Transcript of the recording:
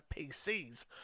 pcs